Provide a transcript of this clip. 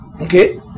Okay